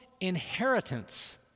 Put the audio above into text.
inheritance